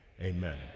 amen